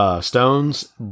Stones